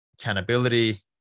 accountability